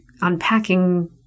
unpacking